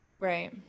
Right